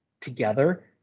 together